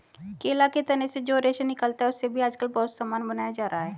केला के तना से जो रेशा निकलता है, उससे भी आजकल बहुत सामान बनाया जा रहा है